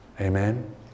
Amen